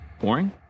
Boring